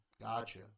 Gotcha